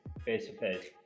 Face-to-face